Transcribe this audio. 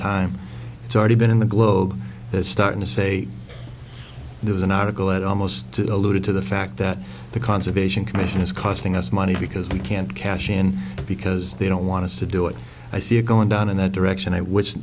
time it's already been in the globe that started to say there was an article that almost eluded to the fact that the conservation commission is costing us money because we can't cash in because they don't want to to do it i see it going down in that direction which